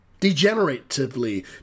degeneratively